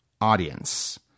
audience